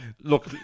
Look